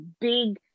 big